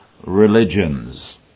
religions